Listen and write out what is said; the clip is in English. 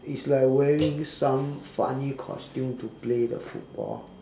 it's like wearing some funny costume to play the football